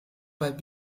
bei